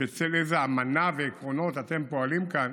בצל איזה אמנה ועקרונות אתם פועלים כאן?